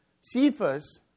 Cephas